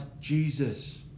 Jesus